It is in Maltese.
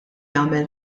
għamel